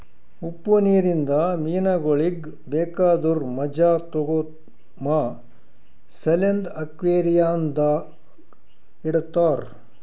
ಉಪ್ಪು ನೀರಿಂದ ಮೀನಗೊಳಿಗ್ ಬೇಕಾದುರ್ ಮಜಾ ತೋಗೋಮ ಸಲೆಂದ್ ಅಕ್ವೇರಿಯಂದಾಗ್ ಇಡತಾರ್